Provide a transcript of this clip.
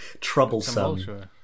troublesome